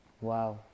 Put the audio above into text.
Wow